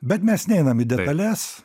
bet mes neinam į detales